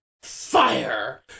fire